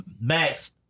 Max